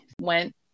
Went